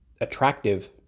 attractive